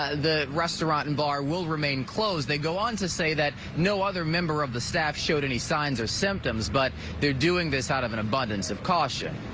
ah the restaurant and bar will remain closed. they go on to say that no other member of the staff showed any signs or symptoms. but they're doing this out of an abundance of caution.